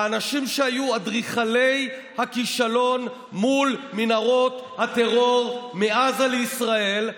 האנשים שהיו אדריכלי הכישלון מול מנהרות הטרור מעזה לישראל,